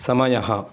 समयः